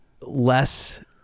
less